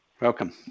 Welcome